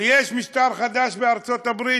ויש משטר חדש בארצות-הברית,